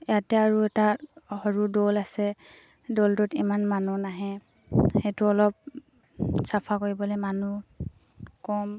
ইয়াতে আৰু এটা সৰু দৌল আছে দৌলটোত ইমান মানুহ নাহে সেইটো অলপ চাফা কৰিবলে মানুহ কম